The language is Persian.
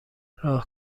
راه